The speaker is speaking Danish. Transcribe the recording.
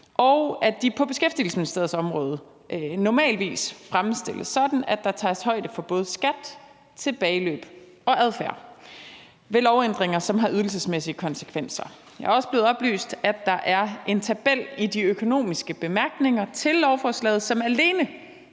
og at de på Beskæftigelsesministeriets område normalvis fremstilles sådan, at der tages højde for både skat, tilbageløb og adfærd ved lovændringer, som har ydelsesmæssige konsekvenser. Jeg er også blevet oplyst, at der er en tabel i de økonomiske bemærkninger til lovforslaget, som alene